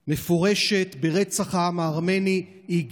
מפורשת, ברצח העם הארמני.